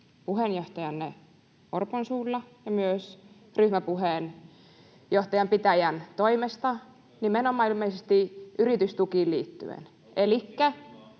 puheenjohtajanne Orpon suulla ja myös ryhmäpuheen pitäjän toimesta nimenomaan ilmeisesti yritystukiin liittyen. [Vilhelm